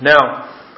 Now